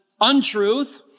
untruth